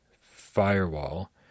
firewall